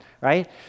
right